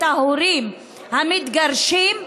את ההורים המתגרשים,